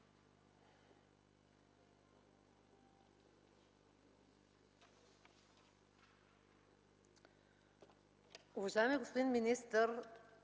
Уважаеми господин министър,